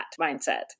mindset